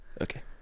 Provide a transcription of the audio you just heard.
Okay